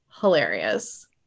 hilarious